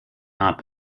not